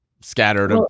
scattered